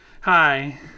Hi